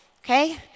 okay